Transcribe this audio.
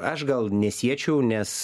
aš gal nesiečiau nes